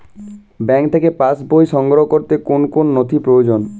Bank থেকে passbook সংগ্রহ করতে কোন কোন নথি প্রয়োজন?